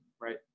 right